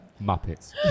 muppets